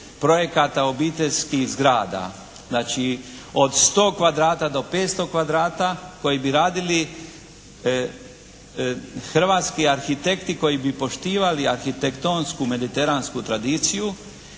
projekata obiteljskih zgrada. Znači, od 100 kvadrata do 500 kvadrata koji bi radili hrvatski arhitekti koji bi poštivali arhitektonsku mediteransku tradiciju,